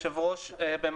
לו.